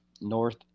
North